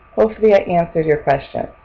hopefully i answered your questions.